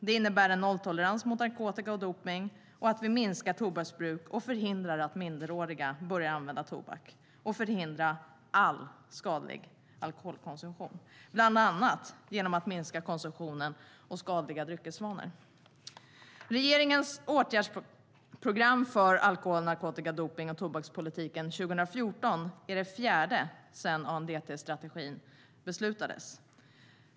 Det innebär en nolltolerans mot narkotika och dopning och att man minskar tobaksbruk och förhindrar att minderåriga börjar använda tobak samt att man förhindrar all skadlig alkoholkonsumtion bland annat genom att minska konsumtionen och skadliga dryckesvanor. Regeringens åtgärdsprogram för alkohol, narkotika, dopnings och tobakspolitiken 2014 är det fjärde sedan ANDT-strategin beslutades.